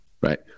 right